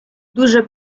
дуже